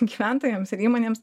gyventojams ir įmonėms